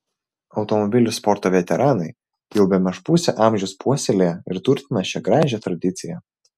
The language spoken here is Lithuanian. automobilių sporto veteranai jau bemaž pusę amžiaus puoselėja ir turtina šią gražią tradiciją